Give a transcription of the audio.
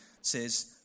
says